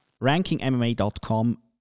RankingMMA.com